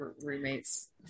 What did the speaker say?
roommate's